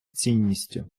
цінністю